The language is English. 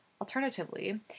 Alternatively